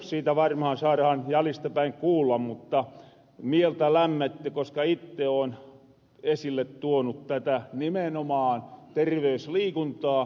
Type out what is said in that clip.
siitä varmaan saarahan jäljestäpäin kuulla mutta mieltä lämmitti koska itte oon esille tuonu nimenomaan tätä terveysliikuntaa